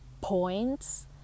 points